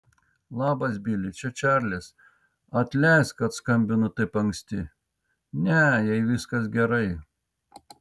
labas bili čia čarlis atleisk kad skambinu taip anksti ne jai viskas gerai